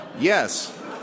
Yes